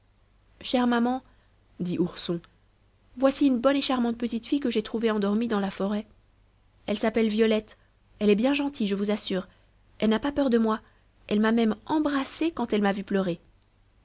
chère maman dit ourson voici une bonne et charmante petite fille que j'ai trouvée endormie dans la forêt elle s'appelle violette elle est bien gentille je vous assure elle n'a pas peur de moi elle m'a même embrassé quand elle m'a vu pleurer